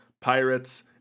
pirates